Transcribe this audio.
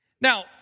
Now